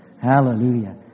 Hallelujah